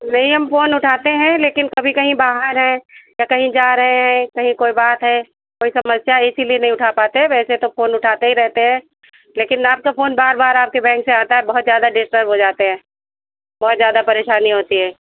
नहीं हम फोन उठाते हैं लेकिन कभी कहीं बाहर हैं या कहीं जा रहे हैं कहीं कोई बात है कोई समस्या इसीलिए नहीं उठा पाते हैं वैसे तो फोन उठाते ही रहते हैं लेकिन आपका फोन बार बार आपके बैंक से आता है बहुत ज़्यादा डिस्टर्ब हो जाते हैं बहुत ज़्यादा परेशानी होती है